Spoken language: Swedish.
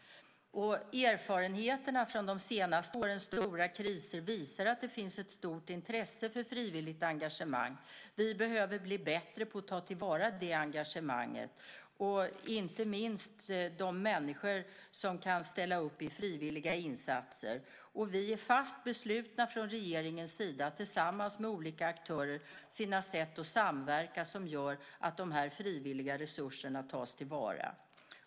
Erfarenheterna från de senaste årens stora kriser visar att det finns ett stort intresse för frivilligt engagemang. Vi behöver bli bättre på att ta till vara det engagemanget, inte minst de människor som kan ställa upp i frivilliga insatser. Vi är från regeringens sida fast beslutna att tillsammans med olika aktörer finna sätt att samverka som gör att de här frivilliga resurserna tas till vara.